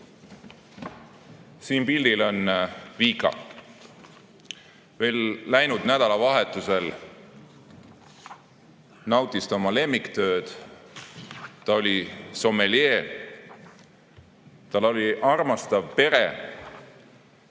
Siin pildil on Vika. Veel läinud nädalavahetusel nautis ta oma lemmiktööd, ta oli sommeljee. Tal oli armastav pere